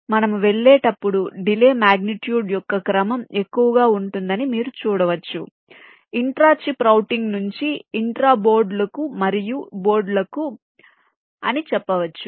కాబట్టి మనము వెళ్ళేటప్పుడు డిలే మాగ్నిట్యూడ్ యొక్క క్రమం ఎక్కువగా ఉంటుందని మీరు చూడవచ్చు ఇంట్రా చిప్ రౌటింగ్ నుంచి ఇంట్రా బోర్డులకు మరియు బోర్డులకు అని చెప్పవచ్చు